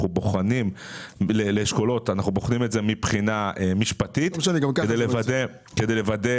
אנחנו בוחנים את זה מבחינה משפטית כדי לוודא